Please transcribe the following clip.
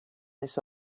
this